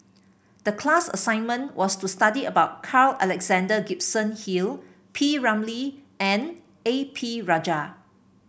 the class assignment was to study about Carl Alexander Gibson Hill P Ramlee and A P Rajah